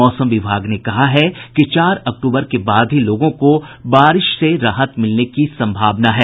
मौसम विभाग ने कहा है कि चार अक्तूबर के बाद ही लोगों को बारिश से राहत मिलने के आसार हैं